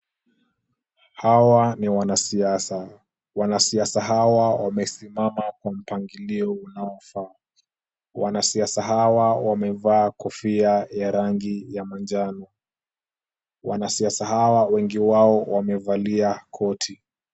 Hawa ni wanasiasa. Wanasiasa hawa wamesimama kwa mpangilio unaofaa. Wanasiasa hawa wamevaa kofia ya rangi ya manjano. Wanasiasa hawa wengi wao wamevalia koti.